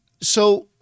So-